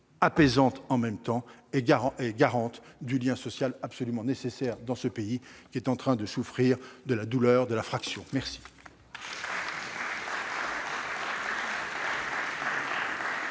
apaisante et garante du lien social absolument nécessaire dans notre pays qui est en train de souffrir de la douleur de la fraction. Bravo